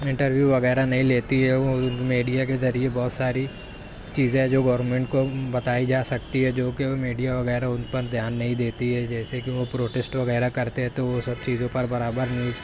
interview وغیرہ نہیں لیتی ہے وہ میڈیا کے ذریعے بہت ساری چیزیں جو گورنمنٹ کو بتائی جا سکتی ہے جوکہ میڈیا وغیرہ ان پر دھیان نہیں دیتی ہے جیسے کہ وہ پروٹیسٹ وغیرہ کرتے ہیں تو وہ سب چیزوں پر برابر نیوز